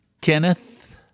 Kenneth